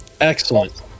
Excellent